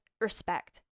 respect